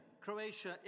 Croatia